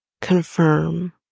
confirm